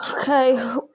Okay